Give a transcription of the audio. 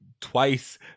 twice